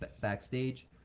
backstage